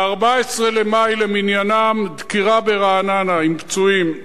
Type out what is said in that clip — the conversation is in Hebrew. ב-14 במאי למניינם, דקירה ברעננה, עם פצועים,